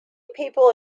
people